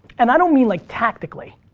and i don't mean like tactically.